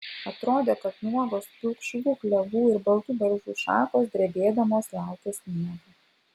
atrodė kad nuogos pilkšvų klevų ir baltų beržų šakos drebėdamos laukia sniego